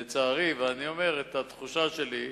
לצערי, ואני אומר את התחושה שלי,